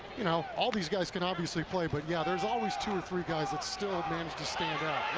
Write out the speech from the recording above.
you know, all these guys can obviously play. but yeah there's always two or three guys that still manage to stand out.